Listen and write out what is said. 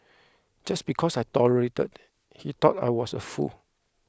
just because I tolerated he thought I was a fool